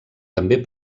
també